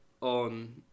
on